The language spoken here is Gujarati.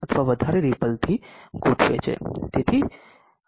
તેથી તેથી જ આ રીપલ અહીં હાજર છે